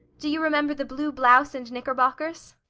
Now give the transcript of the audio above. do you remember the blue blouse and knickerbockers?